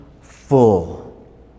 full